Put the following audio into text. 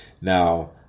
now